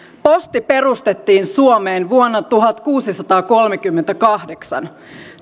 posti perustettiin suomeen vuonna tuhatkuusisataakolmekymmentäkahdeksan